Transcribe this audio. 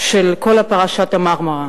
של כל פרשת ה"מרמרה".